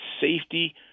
safety